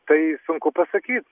tai sunku pasakyt